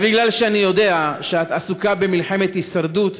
אבל בגלל שאני יודע שאת עסוקה במלחמת הישרדות,